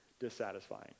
dissatisfying